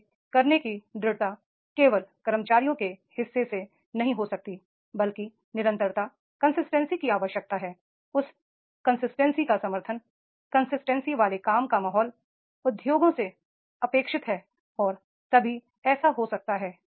इसे करने की दृढ़ता केवल कर्मचारियों के हिस्से से नहीं हो सकती बल्कि कंसिस्टेंसी की आवश्यकता है उस कंसिस्टेंसी का समर्थन कंसिस्टेंसी वाले काम का माहौल उद्योगों से अपेक्षित है और तभी ऐसा हो सकता है